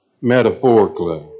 metaphorically